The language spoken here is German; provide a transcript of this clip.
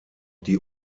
die